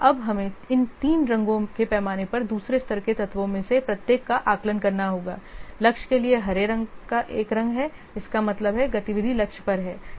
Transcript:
अब हमें इन तीन रंगों के पैमाने पर दूसरे स्तर के तत्वों में से प्रत्येक का आकलन करना होगा लक्ष्य के लिए हरे रंग का एक रंग है इसका मतलब है गतिविधि लक्ष्य पर है